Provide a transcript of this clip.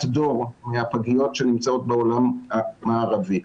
דור מהפגיות שנמצאות בעולם המערבי.